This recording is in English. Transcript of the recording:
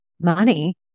money